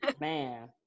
Man